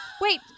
Wait